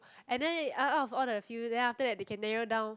and then all out of the field then after that they can narrow down